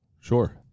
Sure